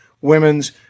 women's